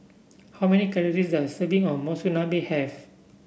how many calories does a serving of Monsunabe have